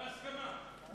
בהסכמה.